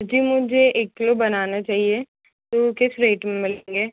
जी मुझे एक kilo banana चाहिए तो वो किस रेट में मिलेंगे